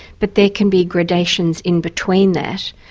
but there can be gradations in between that,